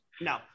No